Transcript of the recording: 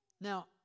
Now